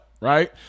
right